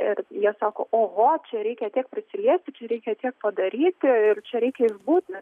ir jie sako oho čia reikia tiek prisiliesti čia reikia tiek padaryti ir čia reikia būti